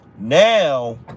Now